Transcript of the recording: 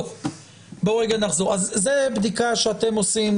אז זו בדיקה שאתם עושים,